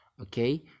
Okay